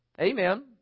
Amen